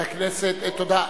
תודה.